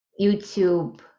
YouTube